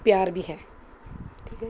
ਪਿਆਰ ਵੀ ਹੈ ਠੀਕ ਹੈ